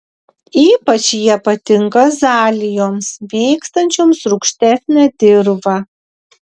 ypač jie patinka azalijoms mėgstančioms rūgštesnę dirvą